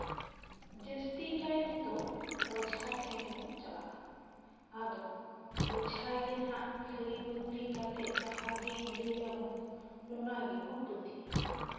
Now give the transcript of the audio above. ᱡᱟᱹᱥᱛᱤ ᱠᱟᱭᱛᱮᱫᱚ ᱚᱡᱷᱟ ᱴᱷᱮᱱ ᱵᱚᱱ ᱪᱟᱞᱜᱼᱟ ᱟᱫᱚ ᱚᱡᱷᱟ ᱜᱮ ᱦᱟᱜ ᱠᱷᱟᱹᱲᱤ ᱢᱟᱠᱲᱤ ᱠᱟᱛᱮᱜ ᱡᱟᱦᱟᱜᱮᱭ ᱞᱟᱹᱭ ᱟᱵᱚᱱ ᱚᱱᱟ ᱜᱮᱵᱚᱱ ᱯᱟᱹᱛᱭᱟᱹᱜᱼᱟ